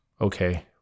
Okay